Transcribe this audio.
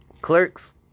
Clerks